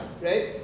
right